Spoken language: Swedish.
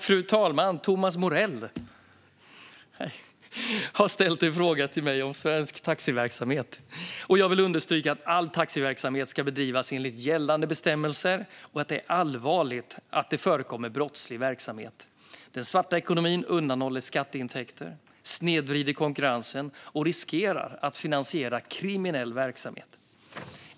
Fru talman! har ställt en fråga till mig om svensk taxiverksamhet. Jag vill understryka att all taxiverksamhet ska bedrivas enligt gällande bestämmelser och att det är allvarligt att det förekommer brottslig verksamhet. Den svarta ekonomin undanhåller skatteintäkter, snedvrider konkurrensen och riskerar att finansiera kriminell verksamhet.